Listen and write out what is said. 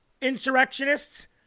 insurrectionists